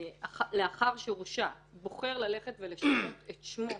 לאחר שהורשע, בוחר ללכת ולשנות את שמו...